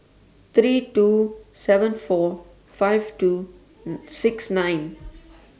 three two seven four five two six nine